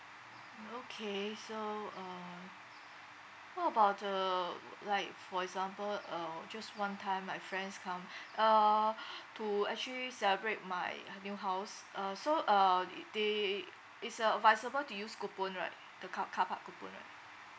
mm okay so uh what about the like for example uh just one time my friends come uh to actually celebrate my h~ new house uh so uh it they is uh advisable to use coupon right the car~ carpark coupon right